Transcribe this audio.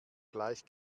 gleich